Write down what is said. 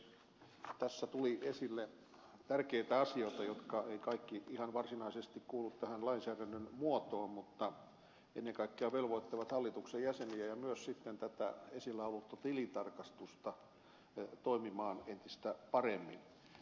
tässä tuli esille tärkeitä asioita jotka eivät kaikki ihan varsinaisesti kuulu tähän lainsäädännön muotoon mutta ennen kaikkea velvoittavat hallituksen jäseniä ja myös esillä ollutta tilintarkastusta toimimaan entistä paremmin